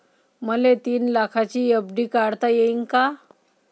मले तीन लाखाची एफ.डी काढता येईन का?